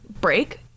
break